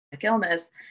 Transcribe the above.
illness